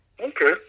Okay